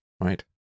right